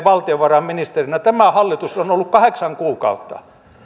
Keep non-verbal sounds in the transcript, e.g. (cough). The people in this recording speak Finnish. (unintelligible) valtiovarainministeri tämä hallitus on on ollut kahdeksan kuukautta